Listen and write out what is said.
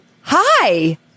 Hi